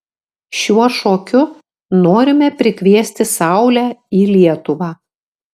šiuo šokiu norime prikviesti saulę į lietuvą